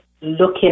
looking